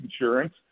insurance